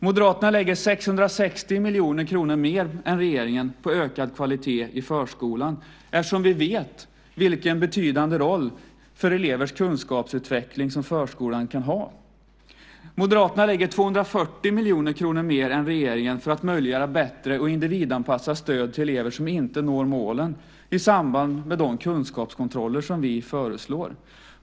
Moderaterna lägger 660 miljoner kronor mer än regeringen på ökad kvalitet i förskolan, eftersom vi vet vilken betydande roll för elevers kunskapsutveckling som förskolan kan ha. Moderaterna lägger 240 miljoner kronor mer än regeringen för att möjliggöra bättre och individanpassat stöd till elever som inte når målen i samband med de kunskapskontroller som vi föreslår.